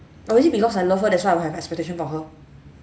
or is it because I love her that's why I will have expectation for her